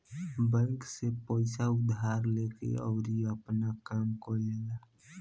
bank से पइसा उधार लेके अउरी आपन काम कईल जाला